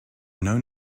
known